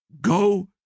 go